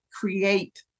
create